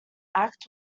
act